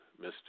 Mr